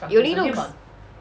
it already looks